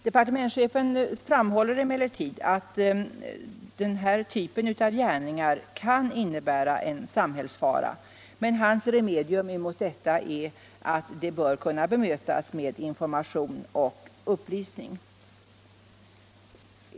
Departementschefen framhåller att den här typen av gärningar kan innebära en samhällsfara, men hans remedium är att detta bör kunna bemötas genom information och upplysning.